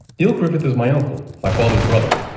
neil griffith is my uncle, my father's brother.